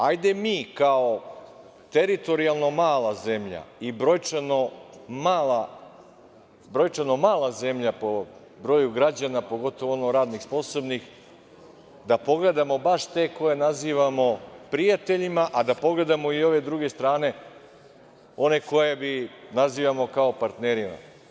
Hajde mi kao teritorijalno mala zemlja i brojčano mala zemlja po broju građana, pogotovo radno sposobnih, da pogledamo baš te koje nazivamo prijateljima, a da pogledamo i ove druge strane, one koji mi nazivamo kao partnerima.